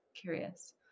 Curious